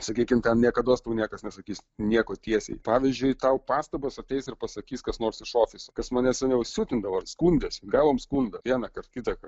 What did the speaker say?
sakykim ten niekados tau niekas nesakys nieko tiesiai pavyzdžiui tau pastabas ateis ir pasakys kas nors iš ofiso kas mane seniau siutindavo ir skundėsi gavom skundą vienąkart kitąkart